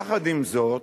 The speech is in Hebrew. יחד עם זאת,